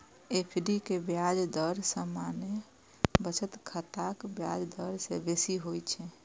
FD के ब्याज दर सामान्य बचत खाताक ब्याज दर सं बेसी होइ छै